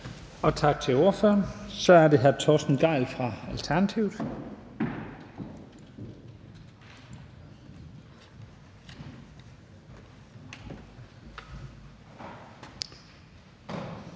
Tak til ordføreren. Så er det hr. Torsten Gejl fra Alternativet.